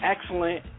excellent